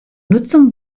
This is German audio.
nutzung